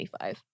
25